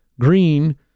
green